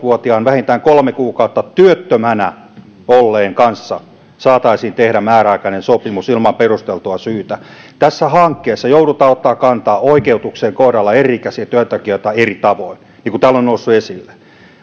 vuotiaan vähintään kolme kuukautta työttömänä olleen kanssa saataisiin tehdä määräaikainen sopimus ilman perusteltua syytä tässä hankkeessa joudutaan ottamaan kantaa oikeutukseen kohdella eri ikäisiä työntekijöitä eri tavoin niin kuin täällä on noussut esille